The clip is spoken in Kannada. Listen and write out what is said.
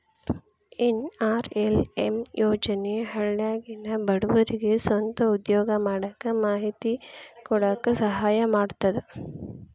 ಎನ್.ಆರ್.ಎಲ್.ಎಂ ಯೋಜನೆ ಹಳ್ಳ್ಯಾಗಿನ ಬಡವರಿಗೆ ಸ್ವಂತ ಉದ್ಯೋಗಾ ಮಾಡಾಕ ಮಾಹಿತಿ ಕೊಡಾಕ ಸಹಾಯಾ ಮಾಡ್ತದ